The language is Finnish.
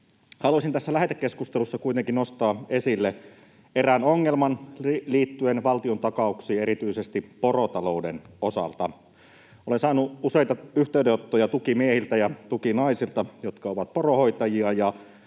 Haluaisin tässä lähetekeskustelussa kuitenkin nostaa esille erään ongelman liittyen valtiontakauksiin erityisesti porotalouden osalta. Olen saanut useita yhteydenottoja tukimiehiltä ja tukinaisilta, jotka ovat poronhoitajia.